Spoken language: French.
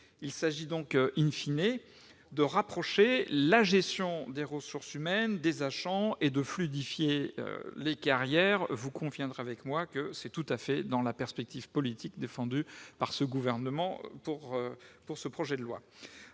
Il s'agit donc de rapprocher la gestion des ressources humaines des agents, et de fluidifier les carrières. Vous conviendrez avec moi que cela s'inscrit tout à fait dans la perspective politique défendue par ce gouvernement dans le cadre de ce